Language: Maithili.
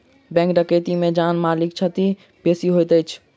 बैंक डकैती मे जान मालक क्षति बेसी होइत अछि